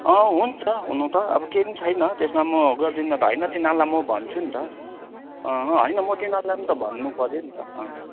अँ हुन्छ हुनु त अब केही पनि छैन त्यसमा म गर्दिन त होइन तिनीहरूलाई म भन्छु नि त अँ होइन म तिनीहरूलाई पनि त भन्नुपऱ्यो नि त अँ